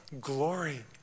glory